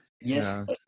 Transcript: yes